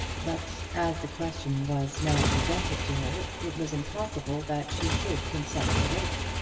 but, as the question was now presented to her, it was impossible that she should consent to wait.